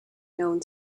known